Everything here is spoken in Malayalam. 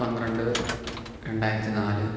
പന്ത്രണ്ട് രണ്ടായിരത്തി നാല്